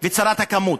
וצרת הכמות.